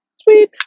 Sweet